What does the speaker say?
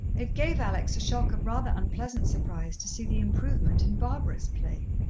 it gave alex a shock of rather unpleasant surprise to see the improvement in barbara's play.